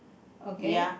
okay